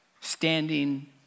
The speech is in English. standing